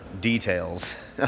details